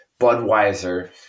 Budweiser